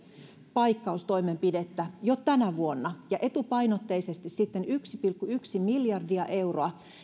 paikkaustoimenpidettä jo tänä vuonna ja etupainotteisesti sitten yksi pilkku yksi miljardia euroa